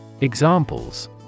Examples